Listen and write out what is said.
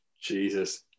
Jesus